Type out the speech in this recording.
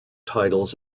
titles